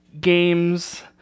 games